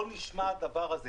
לא נשמע כדבר הזה,